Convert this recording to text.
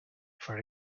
for